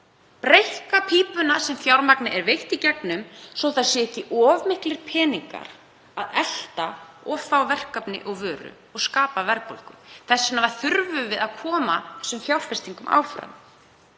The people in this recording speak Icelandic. breikka pípuna sem fjármagn er veitt í gegnum svo að það séu ekki of miklir peningar að elta of fá verkefni og vöru og skapa verðbólgu. Þess vegna þurfum við að koma þessum fjárfestingum áfram